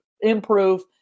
improve